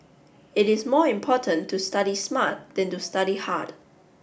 it is more important to study smart than to study hard